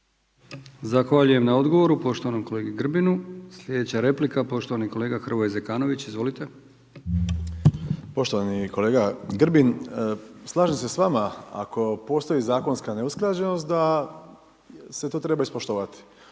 Zahvaljujem na odgovoru poštovanom kolegi Grbinu. Slijedeća replika, poštovani kolega Hrvoje Zekanović, izvolite. **Zekanović, Hrvoje (HRAST)** Poštovani kolega Grbin, slažem se s vama ako postoji zakonska neusklađenost, da se to treba ispoštovati.